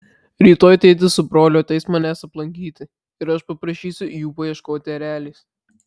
rytoj tėtis su broliu ateis manęs aplankyti ir aš paprašysiu jų paieškoti erelės